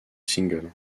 singles